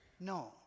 no